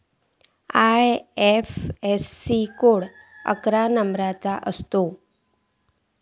IFSC code अकरा वर्णाचो असता